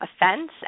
offense